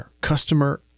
customer